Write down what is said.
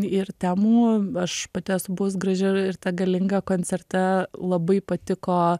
ir temų aš pati esu buvus graži ir ta galinga koncerte labai patiko